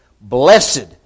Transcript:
blessed